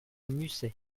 musset